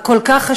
החשוב כל כך,